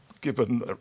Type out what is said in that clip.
given